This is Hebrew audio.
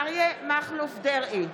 אריה מכלוף דרעי,